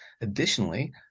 Additionally